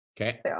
Okay